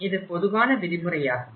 இது பொதுவான விதி முறையாகும்